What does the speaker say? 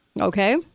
Okay